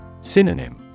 Synonym